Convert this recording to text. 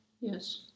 Yes